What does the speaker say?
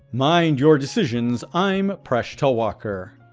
mind your decisions, i'm presh talwalkar.